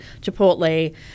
Chipotle